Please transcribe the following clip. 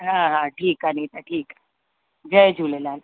हा हा ठीकु आहे नीता ठीकु आहे जय झूलेलाल